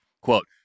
quote